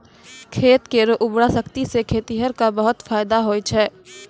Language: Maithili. खेत केरो उर्वरा शक्ति सें खेतिहर क बहुत फैदा होय छै